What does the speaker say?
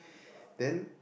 then